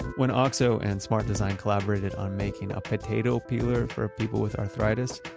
when oxo and smart design collaborated on making a potato peeler for people with arthritis,